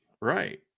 Right